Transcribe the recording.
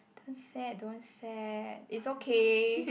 don't sad don't sad it's okay